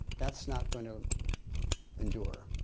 that's not going to endure.